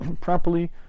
properly